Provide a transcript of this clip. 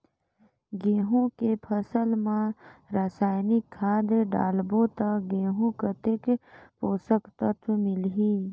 गंहू के फसल मा रसायनिक खाद डालबो ता गंहू कतेक पोषक तत्व मिलही?